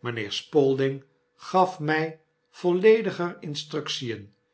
mynheer spalding gaf my vollediger instruction